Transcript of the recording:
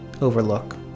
Overlook